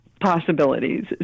possibilities